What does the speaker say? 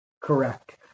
Correct